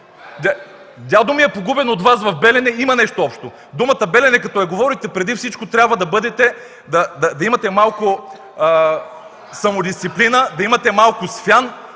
Дядо ми е погубен от Вас в Белене – има нещо общо. Думата „Белене”, като я говорите, преди всичко трябва да имате малко самодисциплина, малко свян,